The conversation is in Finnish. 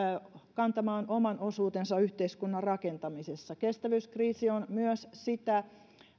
kantamaan oman osuutensa yhteiskunnan rakentamisessa kestävyyskriisi on myös sitä